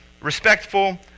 respectful